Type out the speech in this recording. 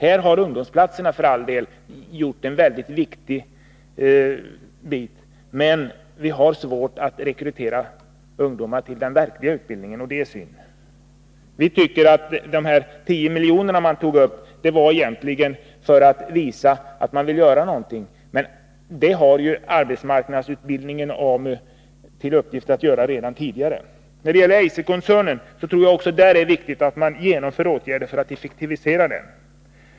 Här har ungdomsplatserna betytt en hel del, men vi har svårt att rekrytera ungdomar till den verkliga utbildningen, och det är synd. Vi tycker att de tio miljoner som man tagit upp egentligen är avsedda för att visa att man vill göra någonting, men den uppgiften har ju arbetsmarknadsutbildningen redan tidigare. Sedan tror jag att det är viktigt att vidta åtgärder för att effektivisera Eiserkoncernen.